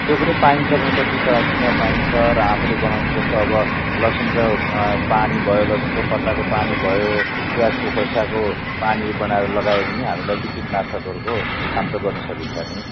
त्यो पनि पाइन्छ कति त किन्न पाइन्छ र आफुले बनाउनु जस्तो अब लसुनको पानी भयो लसुनको पत्ताको पानी भयो प्याजको खोस्टाको पानीहरू बनाएर लगायो भने हामीले कीटनाशकहरूको काम त गर्न सकिन्छ नि